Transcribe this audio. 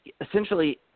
essentially